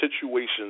situations